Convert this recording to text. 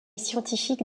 scientifique